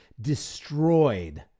destroyed